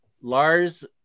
Lars